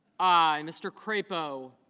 i. mr. crapo